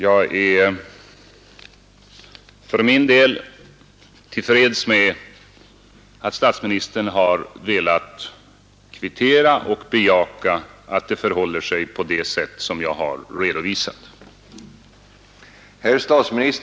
Jag är för min del till freds med att statsministern har velat kvittera och bejaka att det förhåller sig på det sätt som jag redovisat.